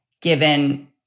given